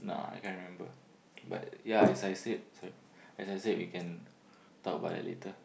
nah I can't remember but yeah as I said sorry as I said we can talk about that later